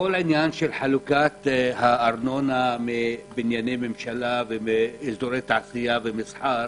כל העניין של חלוקת הארנונה מבנייני ממשלה ובאזורי תעשייה ומסחר